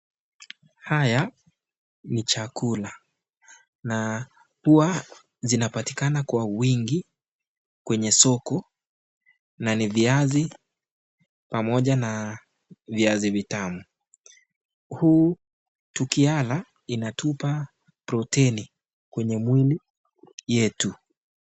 Haya ni chakula na huwa zinapatikana kwa wingi kwenye soko na ni viazi pamoja na viazi tamu. Tukiyala yanatupea proteni kwenye mwili yetu.